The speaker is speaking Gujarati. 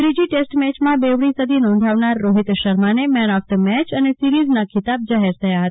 ત્રીજી ટેસ્ટ મેચમાં બેવડી સદી નોંધાવનાર રોહિત શર્માને મેન ઓફ ધ મેચ અને સીરીઝના ખિતાબ જાહેર થયા હતા